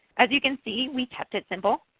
as you can see, we kept it simple.